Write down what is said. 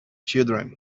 children